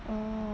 orh